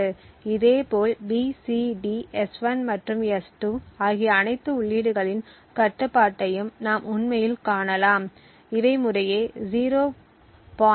இதேபோல் B C D S1 மற்றும் S2 ஆகிய அனைத்து உள்ளீடுகளின் கட்டுப்பாட்டையும் நாம் உண்மையில் காணலாம் இவை முறையே 0